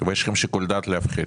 ויש לכם שיקול דעת להפחית.